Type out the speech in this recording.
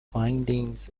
findings